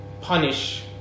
punish